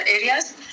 areas